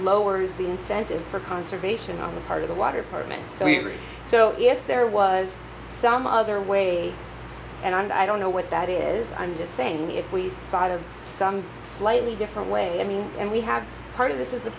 lowers the incentive for conservation on the part of the water apartment so we so if there was some other way and i don't know what that is i'm just saying if we have some slightly different way i mean and we have part of this is the